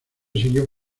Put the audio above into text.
siguió